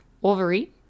Wolverine